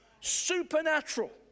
Supernatural